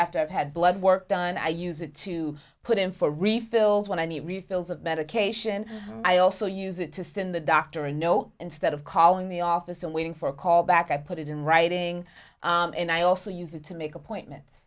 after i've had blood work done i use it to put in for refills when i need refills of medication i also use it to sit in the doctor a note instead of calling the office and waiting for a call back i put it in writing and i also use it to make appointments